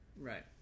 Right